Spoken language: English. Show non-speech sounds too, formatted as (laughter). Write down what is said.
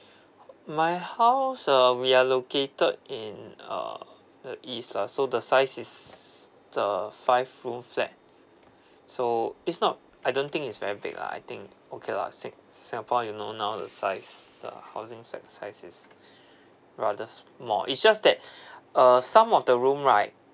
(noise) my house uh we are located in uh the east lah so the size is the five room flat so it's not I don't think is very big lah I think okay lah si~ singapore you know now the size uh housing flat size is (breath) rather small is just that (breath) uh some of the room right